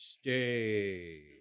Stay